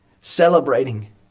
celebrating